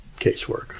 casework